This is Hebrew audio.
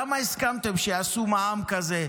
למה הסכמתם שיעשו מע"מ כזה,